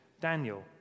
Daniel